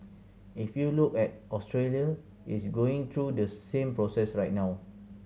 if you look at Australia it's going through the same process right now